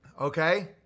okay